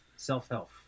Self-help